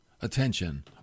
attention